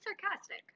sarcastic